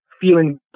feeling